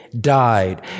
died